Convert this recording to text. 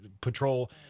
patrol